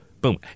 Boom